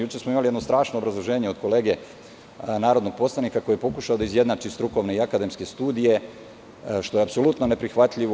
Juče smo imali jednu strašno obrazloženje od kolege narodnog poslanika, koji je pokušao da izjednači strukovne i akademske studije, što je apsolutno neprihvatljivo.